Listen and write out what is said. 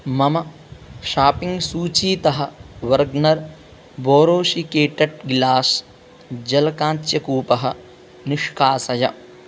मम शोपिङ्ग् सूचीतः बर्ग्नर् बोरोशिकेकेट् ग्लास् जलकांच्यकूपः निष्कासय